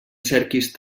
cerquis